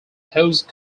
close